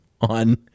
on